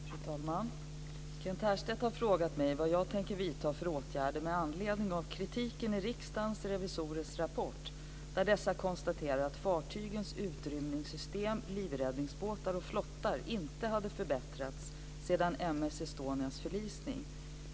Fru talman! Kent Härstedt har frågat mig vad jag tänker vidta för åtgärder med anledning av kritiken i Riksdagens revisorers rapport, där dessa konstaterar att fartygens utrymningssystem, livräddningsbåtar och flottar inte hade förbättrats sedan M/S Estonias förlisning.